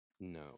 No